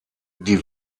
die